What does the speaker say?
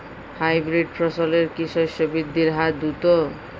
Hybrid ফসলের কি শস্য বৃদ্ধির হার দ্রুত?